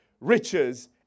riches